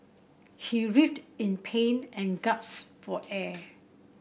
he writhed in pain and gasped for air